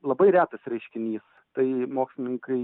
labai retas reiškinys tai mokslininkai